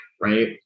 right